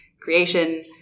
creation